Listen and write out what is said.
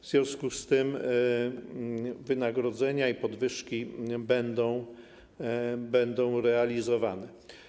W związku z tym wynagrodzenia i podwyżki będą realizowane.